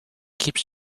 keeps